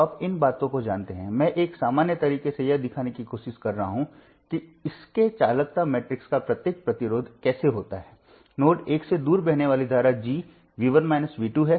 तो आप इन बातों को जानते हैं मैं एक सामान्य तरीके से यह दिखाने की कोशिश कर रहा हूं कि इसके चालकता मैट्रिक्स का प्रत्येक प्रतिरोध कैसे होता है नोड 1 से दूर बहने वाली धारा G है